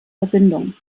verbindung